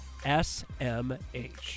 SMH